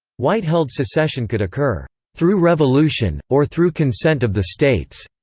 white held secession could occur through revolution, or through consent of the states.